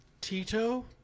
Tito